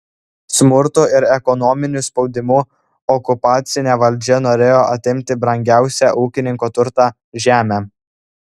smurtu ir ekonominiu spaudimu okupacinė valdžia norėjo atimti brangiausią ūkininko turtą žemę